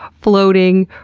floating,